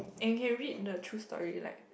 and you can read the true story like